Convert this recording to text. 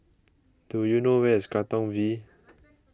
do you know where is Katong V